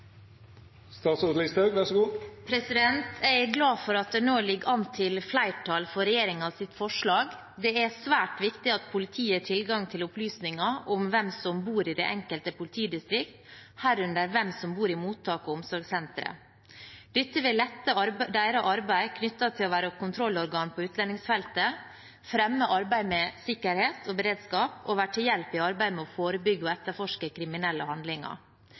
glad for at det nå ligger an til flertall for regjeringens forslag. Det er svært viktig at politiet har tilgang til opplysninger om hvem som bor i det enkelte politidistrikt, herunder hvem som bor i mottak og omsorgssentre. Dette vil lette deres arbeid knyttet til å være kontrollorgan på utlendingsfeltet, fremme arbeid med sikkerhet og beredskap og være til hjelp i arbeidet med å forebygge og etterforske kriminelle handlinger.